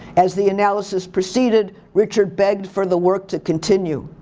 as the analysis proceeded, richard begged for the work to continue.